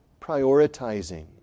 prioritizing